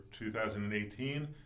2018